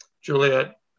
Juliet